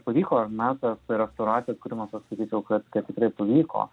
pavyko ar ne tas restauracijos kūrimas aš sakyčiau kad kad tikrai pavyko